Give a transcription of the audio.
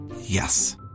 Yes